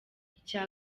icya